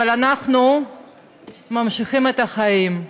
אבל אנחנו ממשיכים את החיים,